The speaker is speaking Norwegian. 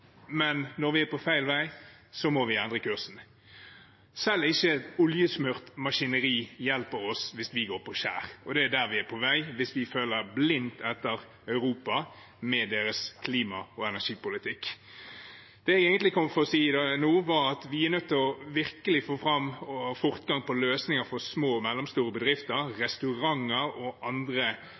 men når vi er på feil vei, må vi endre kursen. Selv ikke et oljesmurt maskineri hjelper oss hvis vi går på skjær, og det er der vi er på vei hvis vi følger blindt etter Europa, med deres klima- og energipolitikk. Det jeg egentlig kom for å si nå, var at vi er nødt til virkelig å få fortgang i løsninger for små og mellomstore bedrifter, restauranter og andre